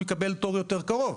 הוא יקבל תור יותר קרוב.